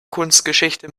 kunstgeschichte